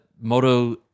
moto